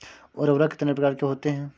उर्वरक कितने प्रकार के होते हैं?